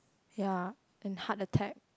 ya and heart attack